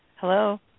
Hello